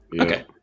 Okay